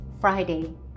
Friday